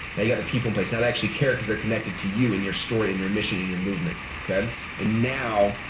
now you have the people in place that actually care cause they're connected to you and your story and your mission and your movement. and now,